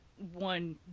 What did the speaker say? one